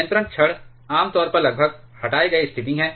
नियंत्रण छड़ आम तौर पर लगभग हटाए गए स्थिति हैं